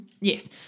Yes